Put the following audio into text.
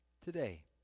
today